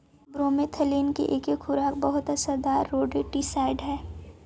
bromethalin के एके खुराक बहुत असरदार रोडेंटिसाइड हई